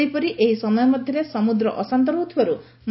ସେହିପରି ଏହି ସମୟ ମଧ୍ଧରେ ସମୁଦ୍ର ଅଶାନ୍ତ ରହୁଥିବାରୁ ମ